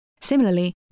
Similarly